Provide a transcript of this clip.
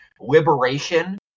Liberation